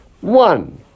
One